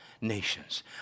nations